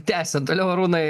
tęsė toliau arūnai